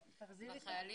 התגייסתי כמדריכה כליאה,